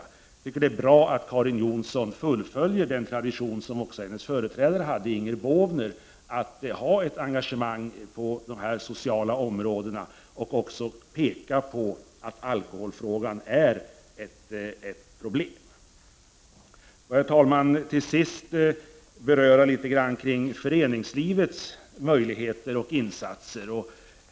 Jag tycker det är bra att Karin Jonsson fullföljer den tradition som också hennes företrädare Inger Båvner följde — att ha ett engagemang på dessa sociala områden och peka på att alkoholen är ett problem. Herr talman! Till sist vill jag något beröra föreningslivets möjligheter och insatser.